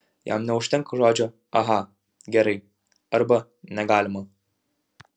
jam neužtenka žodžio aha gerai arba negalima